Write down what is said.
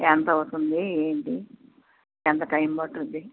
ఎంత అవుతుంది ఏంటి ఎంత టైమ్ పడుతుంది